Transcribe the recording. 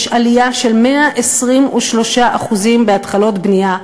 יש עלייה של 123% בהתחלות בנייה,